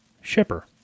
shipper